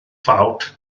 ffawt